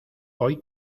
hoy